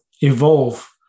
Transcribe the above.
evolve